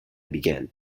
begin